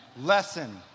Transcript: Lesson